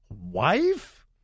wife